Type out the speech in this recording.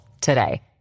today